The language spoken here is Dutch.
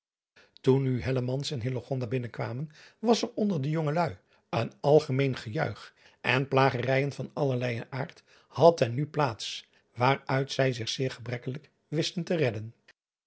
oen nu en binnenkwamen was er onder de jongeluî een algemeen gejuich en plagerijen van allerleijen aard had ten nu plaats waaruit zij zich zeer gebrekkelijk wisten te redden